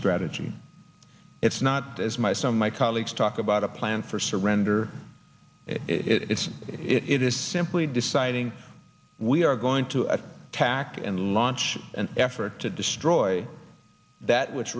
strategy it's not as my son my colleagues talk about a plan for surrender it's it is simply deciding we are going to a tactic and launch an effort to destroy that which